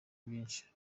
byinshi